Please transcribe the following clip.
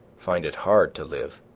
find it hard to live,